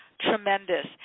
tremendous